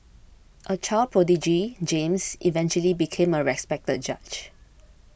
a child prodigy James eventually became a respected judge